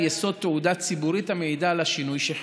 יסוד תעודה ציבורית המעידה על השינוי שחל.